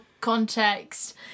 context